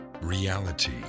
Reality